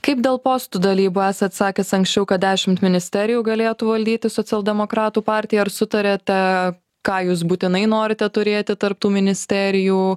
kaip dėl postų dalybų esat sakęs anksčiau kad dešimt ministerijų galėtų valdyti socialdemokratų partija ar sutarėte ką jūs būtinai norite turėti tarp tų ministerijų